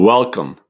Welcome